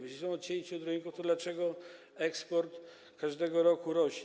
Jeśli są odcięci od rynku, to dlaczego eksport każdego roku rośnie?